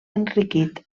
enriquit